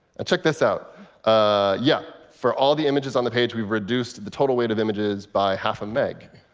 and check this out ah yeah, for all the images on the page, we've reduced the total weight of images by half a meg.